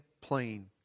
plain